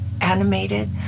animated